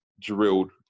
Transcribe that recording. drilled